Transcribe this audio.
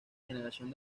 generación